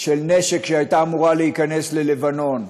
של נשק שהייתה אמורה להיכנס ללבנון.